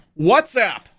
WhatsApp